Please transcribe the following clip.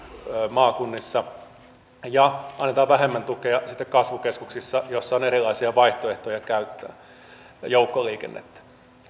maakunnissa ja annetaan vähemmän tukea sitten kasvukeskuksissa joissa on erilaisia vaihtoehtoja käyttää joukkoliikennettä